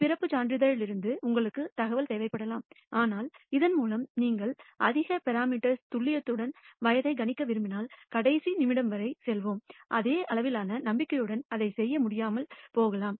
பிறப்புச் சான்றிதழிலிருந்து உங்களுக்கு தகவல் தேவைப்படலாம் ஆனால் இதன் மூலம் நீங்கள் அதிக பரமிட்டர்ஸ் துல்லியத்துடன் வயதைக் கணிக்க விரும்பினால் கடைசி நிமிடம்வரை சொல்வோம் அதே அளவிலான நம்பிக்கையுடன் அதைச் செய்ய முடியாமல் போகலாம்